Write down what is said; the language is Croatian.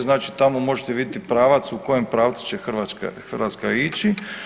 Znači tamo možete vidjeti pravac u kojem pravcu će Hrvatska ići.